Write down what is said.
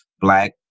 Black